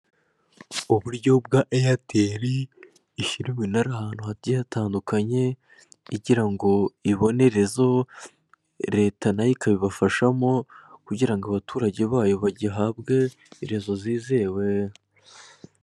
Uburyo bwa eyateri ishyira iminara ahantu hagiye hatandukanye, igira ngo ibone rezo leta na yo ikabibafashamo kugira ngo abaturage bayo bahabwe rezo zizewe.